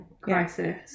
crisis